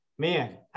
man